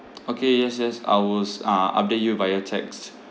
okay yes yes I wills uh update you via text